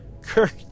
Kirk